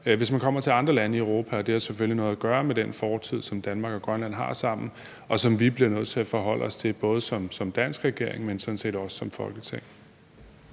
hvis man kommer til andre lande i Europa. Det har selvfølgelig noget at gøre med den fortid, som Danmark og Grønland har sammen, og som vi bliver nødt til at forholde os til, både som dansk regering, men sådan set også som Folketing.